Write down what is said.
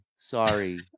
Sorry